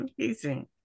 amazing